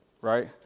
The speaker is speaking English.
right